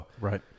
Right